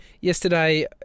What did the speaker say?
Yesterday